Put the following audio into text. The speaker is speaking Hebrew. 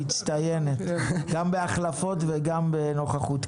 מצטיינת גם בהחלפות וגם בנוכחות,